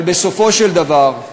אבל בסופו של דבר,